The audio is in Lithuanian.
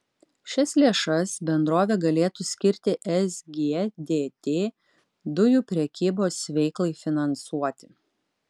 šias lėšas bendrovė galėtų skirti sgdt dujų prekybos veiklai finansuoti